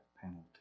penalty